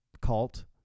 cult